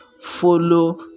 follow